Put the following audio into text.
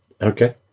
Okay